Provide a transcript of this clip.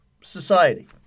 society